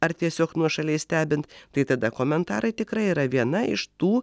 ar tiesiog nuošaliai stebint tai tada komentarai tikrai yra viena iš tų